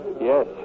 Yes